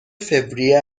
فوریه